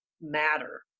matter